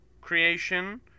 creation